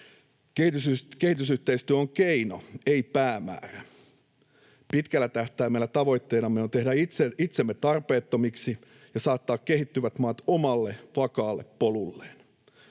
Kehitysyhteistyö on keino, ei päämäärä. Pitkällä tähtäimellä tavoitteenamme on tehdä itsemme tarpeettomiksi ja saattaa kehittyvät maat omalle vakaalle polulleen.